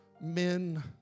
men